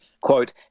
quote